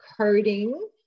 coding